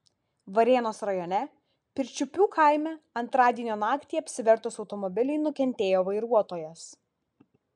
varėnos rajone pirčiupių kaime antradienio naktį apsivertus automobiliui nukentėjo vairuotojas